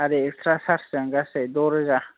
आरो एक्सट्रा सार्जजों गासै द' रोजा